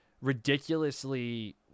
ridiculously